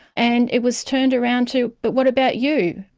and it was turned around to, but what about you,